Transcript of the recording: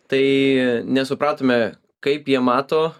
tai nesupratome kaip jie mato